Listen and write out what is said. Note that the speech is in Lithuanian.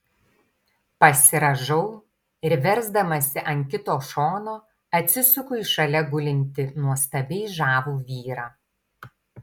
pasirąžau ir versdamasi ant kito šono atsisuku į šalia gulintį nuostabiai žavų vyrą